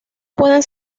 pueden